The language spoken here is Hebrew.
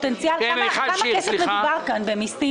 בכמה כסף מדובר בפוטנציאל פיצוי במסים